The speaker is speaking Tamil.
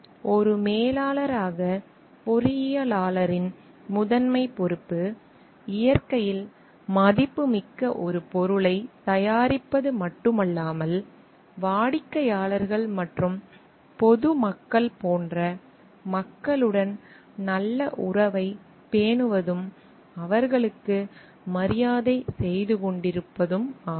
எனவே ஒரு மேலாளராக பொறியியலாளரின் முதன்மைப் பொறுப்பு இயற்கையில் மதிப்புமிக்க ஒரு பொருளை தயாரிப்பது மட்டுமல்லாமல் வாடிக்கையாளர்கள் மற்றும் பொதுமக்கள் போன்ற மக்களுடன் நல்ல உறவைப் பேணுவதும் அவர்களுக்கு மரியாதை செய்து கொண்டிருப்பதும் ஆகும்